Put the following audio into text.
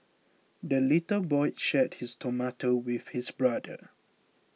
the little boy shared his tomato with his brother